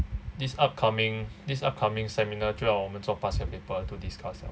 this upcoming this upcoming seminar 就要我们做 past year paper to discuss 了